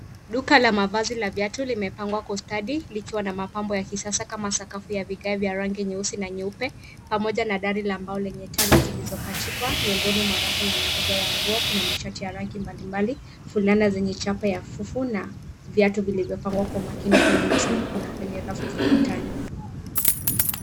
Duka la mavazi la viatu limepangwa kwa ustadi likiwa na mapambo ya kisasa kama sakafu ya vigae vya rangi ya nyeusi na nyeupe pamoja na dari la mbao lenye taa zilizopachikwa miongoni mwa rafu na mabega ya nguo kuna mashati ya rangi mbali, fulana zenye chapa ya fufu na viatu viliyopangwa kwa makini kwenye masanduku na kwenye rafu za ukutani.